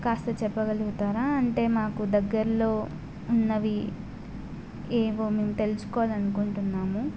కాస్త చెప్పగలుగుతారా అంటే మాకు దగ్గరలో ఉన్నవి ఏవో మేము తెలుసుకోవాలి అనుకుంటున్నాము